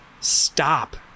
stop